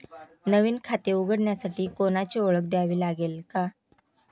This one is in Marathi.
नवीन खाते उघडण्यासाठी कोणाची ओळख द्यावी लागेल का?